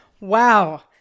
Wow